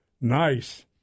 Nice